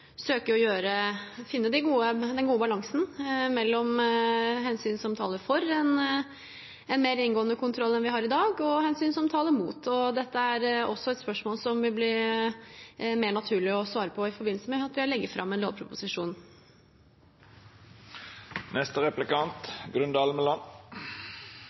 søker å finne den gode balansen mellom hensyn som taler for en mer inngående kontroll enn vi har i dag, og hensyn som taler mot. Dette er også et spørsmål som vil bli mer naturlig å svare på i forbindelse med at vi legger fram en lovproposisjon.